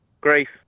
grief